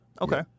Okay